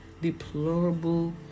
deplorable